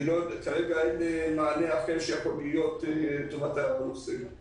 כרגע אין מענה אחר שיכול להיות לטובת הנושא.